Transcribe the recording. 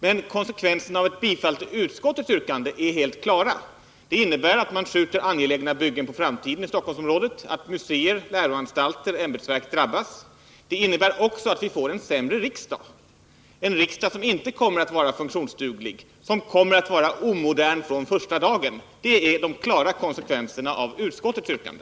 Men konsekvenserna av ett bifall till utskottets yrkande är helt klara. Ett bifall till det yrkandet innebär att man skjuter angelägna byggen på framtiden i Stockholmsområdet, att muséer, läroanstalter, ämbetsverk drabbas. Det innebär också att vi får en sämre riksdag — en riksdag som inte kommer att vara funktionsduglig, som kommer att vara omodern från första dagen. Detta är de klara konsekvenserna av utskottets yrkande.